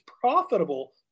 profitable